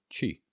chi